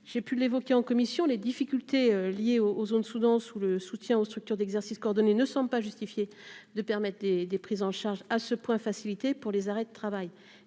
j'ai pu l'évoquer en commission les difficultés liées aux ondes Soudan sous le soutien aux structures d'exercice coordonné ne sont pas justifiées de permettent des des prises en charge à ce point facilité pour les arrêts de travail,